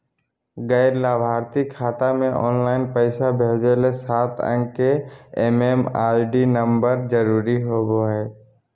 गैर लाभार्थी खाता मे ऑनलाइन पैसा भेजे ले सात अंक के एम.एम.आई.डी नम्बर जरूरी होबय हय